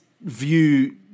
view